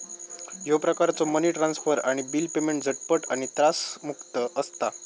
ह्यो प्रकारचो money transfer आणि बिल पेमेंट झटपट आणि त्रासमुक्त असता